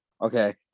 okay